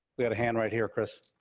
we had a hand right here, chris.